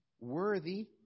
worthy